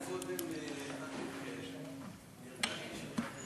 אני שואל את עצמי מתי נראה במה,